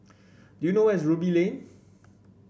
do you know where is Ruby Lane